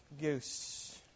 goose